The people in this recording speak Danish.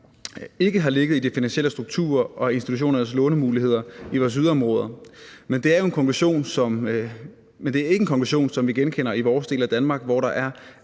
ikke har ligget i de finansielle strukturer og institutionernes lånemuligheder i vores yderområder. Men det er ikke en konklusion, som vi genkender i vores del af Danmark, hvor der er